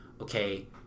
okay